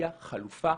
באירופה.